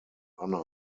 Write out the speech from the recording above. honor